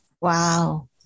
Wow